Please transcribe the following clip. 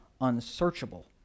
unsearchable